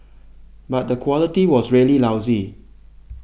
but the quality was really lousy